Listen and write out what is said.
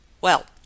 Well